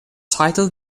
title